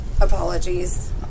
Apologies